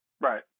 right